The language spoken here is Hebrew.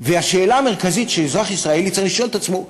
והשאלה המרכזית שאזרח ישראלי צריך לשאול את עצמו,